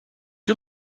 you